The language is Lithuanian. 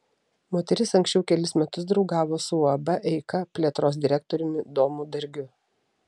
moteris anksčiau kelis metus draugavo su uab eika plėtros direktoriumi domu dargiu